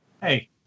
Hey